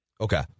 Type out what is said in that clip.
Okay